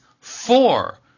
four